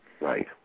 Right